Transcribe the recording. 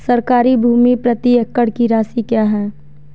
सरकारी भूमि प्रति एकड़ की राशि क्या है?